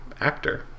actor